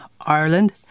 Ireland